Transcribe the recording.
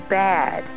bad